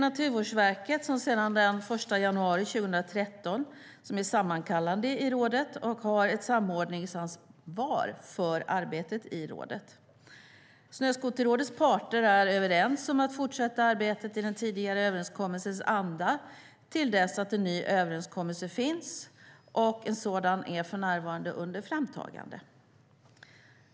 Naturvårdsverket är sedan den 1 januari 2013 sammankallande i rådet och har ett samordningsansvar för arbetet i rådet. Snöskoterrådets parter är överens om att fortsätta arbetet i den tidigare överenskommelsens anda till dess att en ny överenskommelse finns. En sådan är för närvarande under framtagande.